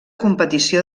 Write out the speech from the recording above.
competició